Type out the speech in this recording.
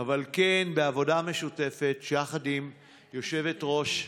אבל כן, בעבודה משותפת יחד עם יושבת-ראש הוועדה,